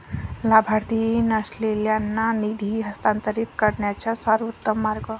लाभार्थी नसलेल्यांना निधी हस्तांतरित करण्याचा सर्वोत्तम मार्ग